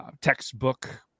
textbook